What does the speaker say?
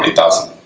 thousand